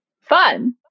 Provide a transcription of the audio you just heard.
Fun